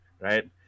right